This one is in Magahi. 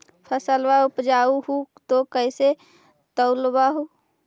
फसलबा उपजाऊ हू तो कैसे तौउलब हो?